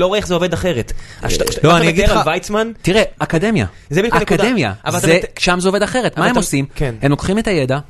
לא רואה איך זה עובד אחרת. לא, אני אגיד לך... ויצמן... תראה, אקדמיה. אקדמיה, שם זה עובד אחרת. מה הם עושים? הם לוקחים את הידע...